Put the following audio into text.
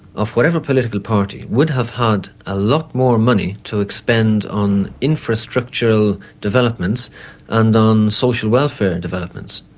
of whatever political party, would have had a lot more money to expend on infrastructural developments and on social welfare and developments.